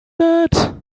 that